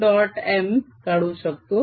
M काढू शकतो